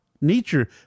Nature